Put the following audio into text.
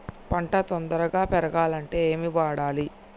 పంట తొందరగా పెరగాలంటే ఏమి వాడాలి?